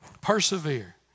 Persevere